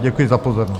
Děkuji za pozornost.